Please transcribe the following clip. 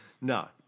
No